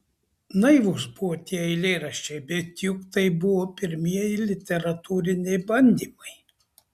naivūs buvo tie eilėraščiai bet juk tai buvo pirmieji literatūriniai bandymai